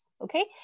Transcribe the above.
okay